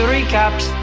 Recaps